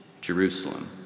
Jerusalem